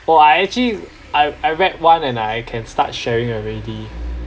oh I actually I I read one and I can start sharing already